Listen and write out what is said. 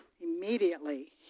immediately